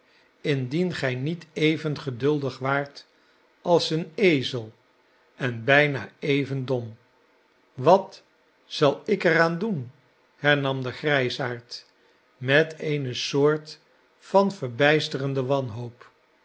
indien gij niet even geduldig waart als een ezel en bijna even dom wat zal ik er aan doen hernam de grijsaard met eene soort van verbijsterde wanhoop